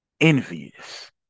envious